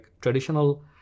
traditional